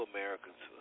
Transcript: Americans